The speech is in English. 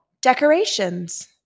Decorations